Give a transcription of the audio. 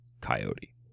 Coyote